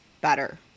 better